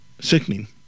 Sickening